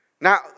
Now